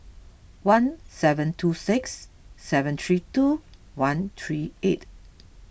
one seven two six seven three two one three eight